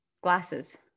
Glasses